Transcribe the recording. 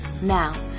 Now